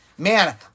Man